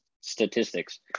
statistics